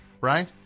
Right